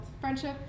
Friendship